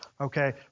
Okay